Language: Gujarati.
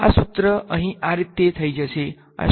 આ સૂત્ર અહીં આ રીતે થઈ જશે